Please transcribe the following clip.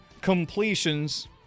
completions